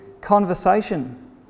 conversation